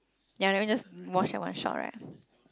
ya then we just wash in one shot